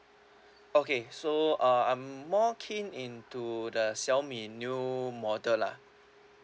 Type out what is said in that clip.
okay so uh I'm more keen in to the xiaomi new model lah